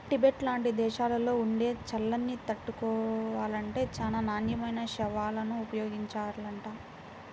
Tibet లాంటి దేశాల్లో ఉండే చలిని తట్టుకోవాలంటే చానా నాణ్యమైన శాల్వాలను ఉపయోగించాలంట